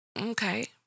Okay